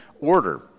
order